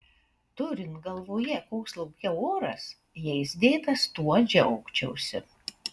turint galvoje koks lauke oras jais dėtas tuo džiaugčiausi